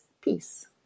peace